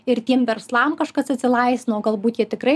ir tiem verslam kažkas atsilaisvino galbūt jie tikrai